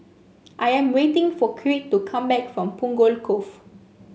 I am waiting for Creed to come back from Punggol Cove